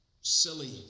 silly